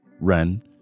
Ren